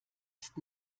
ist